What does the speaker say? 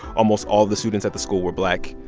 almost all of the students at the school were black,